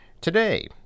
today